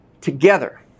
together